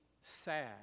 sad